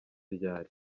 ryari